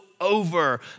over